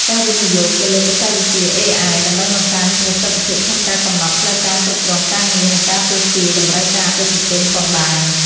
ការវិនិយោគទៅលើបច្ចេកវិទ្យាអេអាយ ដើម្បីបង្កើនប្រសិទ្ធភាពក្នុងការកំណត់ផ្លូវការគ្រប់គ្រងការងារ និងការទស្សន៍ទាយតម្រូវការអតិថិជនផងដែរ។